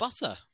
butter